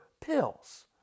pills